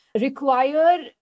require